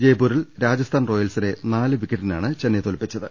ജയ്പൂരിൽ രാജസ്ഥാൻ റോയൽസിനെ നാല് വിക്കറ്റിനാണ് ചെന്നൈ തോൽപ്പിച്ചത്